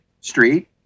street